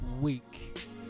week